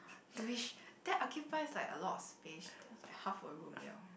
which that occupies like a lot of space that was like half a room liao